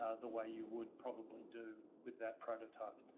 ah the way you would probably do with that prototype.